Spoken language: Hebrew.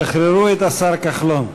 שחררו את השר כחלון.